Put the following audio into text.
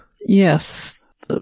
yes